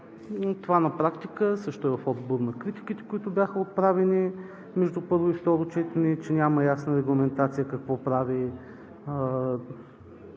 Това на практика също е в отговор на критиките, които бяха отправени между първо и второ четене, че няма ясна регламентация какво прави